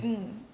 mm